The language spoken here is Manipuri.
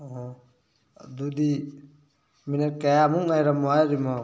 ꯑꯣ ꯑꯗꯨꯗꯤ ꯃꯤꯅꯠ ꯀꯌꯥꯃꯨꯛ ꯉꯥꯏꯔꯝꯃꯣ ꯍꯥꯏꯔꯤꯝꯅꯣ